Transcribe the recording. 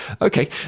Okay